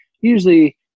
usually